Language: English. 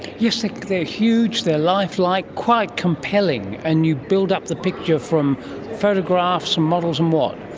yes, like they are huge, they're life like, quite compelling, and you build up the picture from photographs, models, and what?